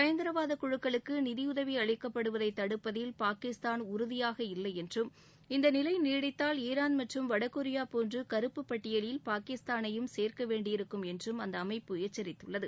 பயங்கரவாத குழுக்களுக்கு நிதியுதவி அளிக்கப்படுவதை தடுப்பதில் பாகிஸ்தான் உறுதியாக இல்லை என்றும் இந்த நிலை நீடித்தால் ஈரான் மற்றும் வடகொரியா போன்று கருப்புப் பட்டியலில் பாகிஸ்தானையும் சேர்க்க வேண்டியிருக்கும் என்றும் அந்த அமைப்பு எச்சரித்துள்ளது